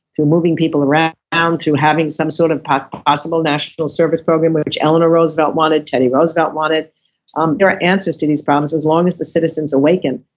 through moving people around, um through having some sort of possible national service program which eleanor roosevelt wanted, teddy roosevelt wanted um there are answers to these problems as long as the citizens awaken,